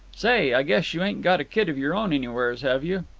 say, i guess you ain't got a kid of your own anywheres, have you?